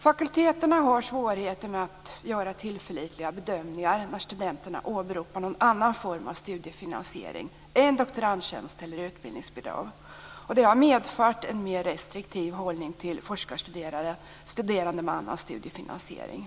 Fakulteterna har svårigheter med att göra tillförlitliga bedömningar när studenterna åberopar en annan form av studiefinansiering än doktorandtjänst eller utbildningsbidrag. Det har medfört en mer restriktiv hållning till forskarstuderande med annan studiefinansiering.